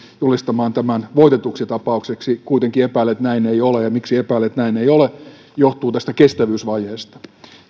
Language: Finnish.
julistamaan tämän voitetuksi tapaukseksi kuitenkin epäilen että näin ei ole ja se miksi epäilen että näin ei ole johtuu tästä kestävyysvajeesta